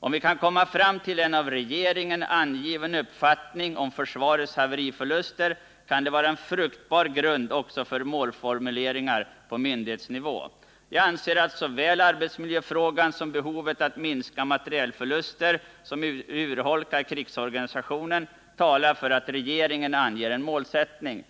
Om vi kan komma fram till en av regeringen angiven uppfattning om försvarets haveriförluster kan det vara en fruktbar grund också för målformuleringar på myndighetsnivå. Jag anser att såväl arbetsmiljöfrågan som behovet av att minska materielförluster som urholkar krigsorganisationen talar för att regeringen anger en målsättning.